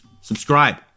subscribe